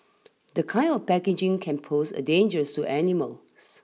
the kind of packaging can pose a dangers to animals